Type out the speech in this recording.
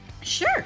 Sure